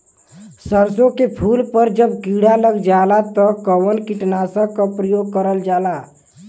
सरसो के फूल पर जब किड़ा लग जाला त कवन कीटनाशक क प्रयोग करल जाला?